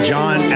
John